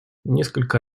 несколько